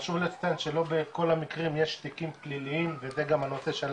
חשוב לדעת שלא בכל המקרים יש תיקים פליליים וזה גם הנושא שעלה